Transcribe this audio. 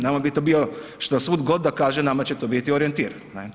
Nama bi to bio, šta sud god da kaže nama će to biti orijentir.